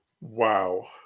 wow